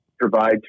provide